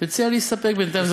אני מציע להסתפק בינתיים.